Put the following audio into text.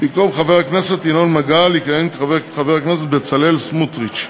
במקום חבר הכנסת ינון מגל יכהן חבר הכנסת בצלאל סמוטריץ.